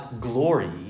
glory